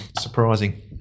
surprising